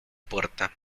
puerta